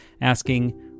asking